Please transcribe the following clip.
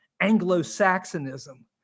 anglo-saxonism